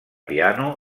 piano